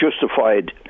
justified